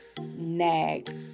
nag